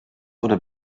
oder